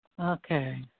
Okay